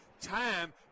time